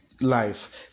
Life